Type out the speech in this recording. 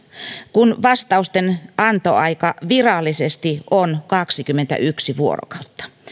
kun vastaustenantoaika virallisesti on kaksikymmentäyksi vuorokautta